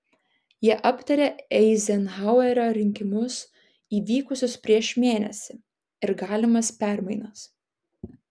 jie aptarė eizenhauerio rinkimus įvykusius prieš mėnesį ir galimas permainas